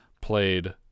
played